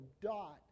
dot